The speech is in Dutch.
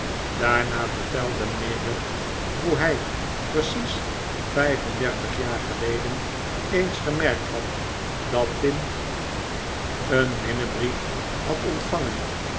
daarna vertelde mijnheer ned hoe hij precies vijf en dertig jaar geleden eens gemerkt had dat tim een minnebrief had ontvangen